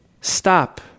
Stop